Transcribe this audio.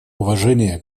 уважение